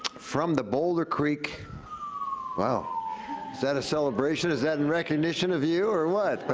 from the boulder creek wow, is that a celebration? is that in recognition of you or what? but